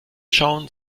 schauen